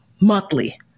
monthly